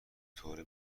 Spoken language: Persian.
بطور